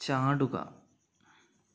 ചാടുക